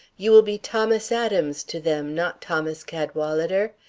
you will be thomas adams to them, not thomas cadwalader.